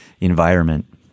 environment